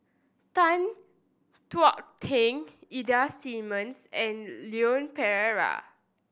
Tan Thuan Heng Ida Simmons and Leon Perera